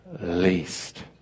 least